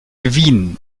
wien